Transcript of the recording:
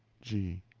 g.